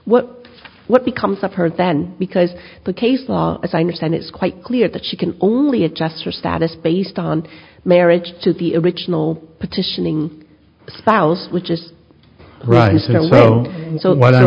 what what becomes i've heard that because the case law as i understand it's quite clear that she can only adjust your status based on marriage to the original petitioning thouse was just right so what